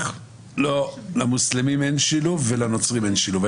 לא, למוסלמים אין שילוב ולנוצרים אין שילוב.